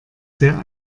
sehr